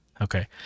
Okay